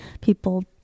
people